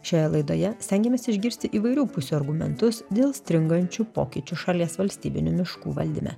šioje laidoje stengiamės išgirsti įvairių pusių argumentus dėl stringančių pokyčių šalies valstybinių miškų valdyme